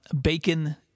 Bacon